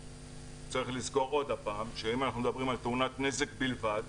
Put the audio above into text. צריך לזכור עוד הפעם שאם אנחנו מדברים על תאונת נזק בלבד,